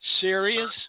serious